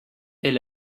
est